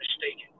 mistaken